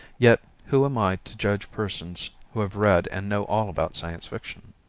yet, who am i, to judge persons who have read and know all about science fiction?